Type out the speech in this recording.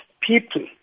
people